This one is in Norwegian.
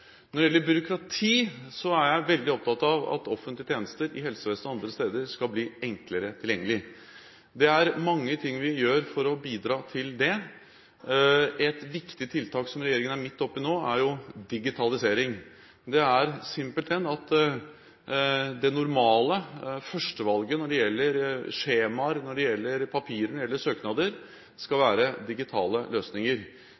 Når det gjelder byråkrati, er jeg veldig opptatt av at offentlige tjenester – i helsevesen og andre steder – skal bli enklere tilgjengelig. Det er mange ting vi gjør for å bidra til det. Et viktig tiltak, som regjeringen er midt oppe i nå, er jo digitalisering. Det er simpelthen at det normale førstevalget når det gjelder skjemaer, når det gjelder papirer og når det gjelder søknader, skal